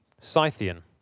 Scythian